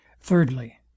thirdly